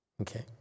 okay